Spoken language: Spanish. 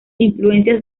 influencias